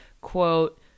quote